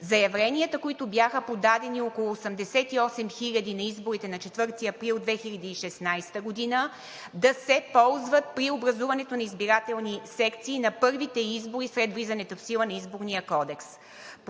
заявленията, които бяха подадени – около 88 хиляди, на изборите на 4 април 2016 г., да се ползват при образуването на избирателни секции на първите избори след влизането в сила на Изборния кодекс.